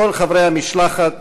כל חברי המשלחת